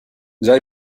già